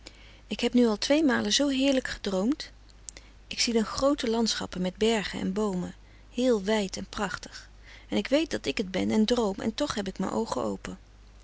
ik heb nu al twee malen zoo heerlijk gedroomd ik zie dan groote landschappen met bergen en boomen heel wijd en prachtig en ik weet dat ik het ben en droom en toch heb ik mijn oogen open